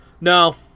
No